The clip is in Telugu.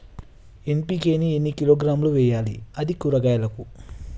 ఎన్.పి.కే ని ఎన్ని కిలోగ్రాములు వెయ్యాలి? అది కూరగాయలకు?